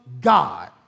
God